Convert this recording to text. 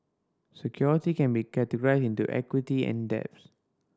security can be categorized into equity and debts